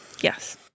Yes